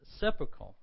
sepulchre